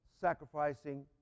sacrificing